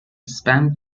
spam